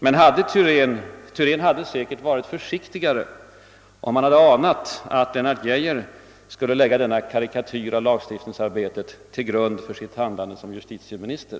Men Thyrén hade säkert varit försiktigare, om han anat att Lennart Geijer skulle lägga denna karikatyr av lagstiftningsarbetet till grund för sitt handlande som justitieminister.